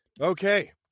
Okay